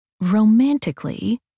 romantically